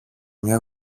μια